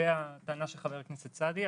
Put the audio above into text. לגבי הטענה של חבר הכנסת סעדי,